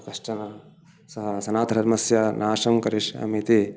कश्चन सः सनातधर्मस्य नाशं करिष्यामि इति